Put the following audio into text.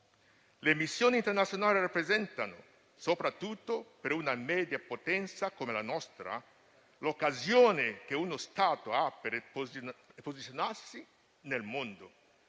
politica, ma rappresentano, soprattutto per una media potenza come la nostra, l'occasione che uno Stato ha per posizionarsi nel mondo;